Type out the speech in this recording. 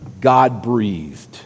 God-breathed